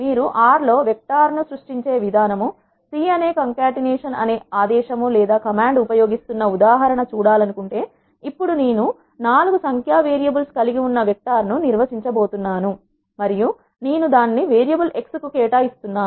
మీరు R R లో vector ను సృష్టించే విధానం c అనే కం కాటనేషన్ అనే ఆదేశం లేదా కమాండ్ ఉపయోగిస్తున్న ఉదాహరణ చూడాలనుకుంటే ఇప్పుడు నేను నాలుగు సంఖ్య వేరియబుల్స్ కలిగి ఉన్న వెక్టార్ ను నిర్వచించబోతున్నాను మరియు నేను దానిని వేరియబుల్ x కు కేటాయిస్తున్నాను